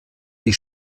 die